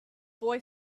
boy